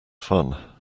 fun